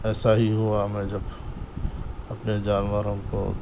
ایسا ہی ہوا میں جب اپنے جانوروں کو